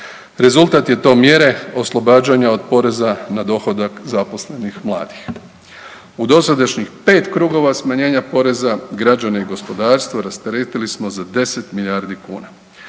Rezultat je to mjere oslobađanja od poreza na dohodak zaposlenih mladih. U dosadašnjih 5 krugova smanjenja poreza, građane i gospodarstvo, rasteretili smo za 10 milijardi kuna.